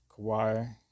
Kawhi